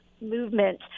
movement